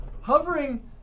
hovering